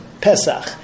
pesach